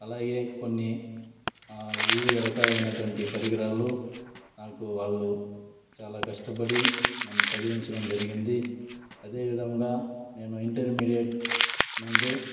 అలాగే కొన్ని వివిధ రకాలైనటువంటి పరికరాలు నాకు వాళ్లు చాలా కష్టపడి నన్ను చదివించడం జరిగింది అదేవిధంగా నేను ఇంటర్మీడియేట్ నందు